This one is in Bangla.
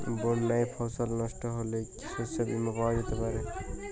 বন্যায় ফসল নস্ট হলে কি শস্য বীমা পাওয়া যেতে পারে?